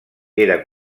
era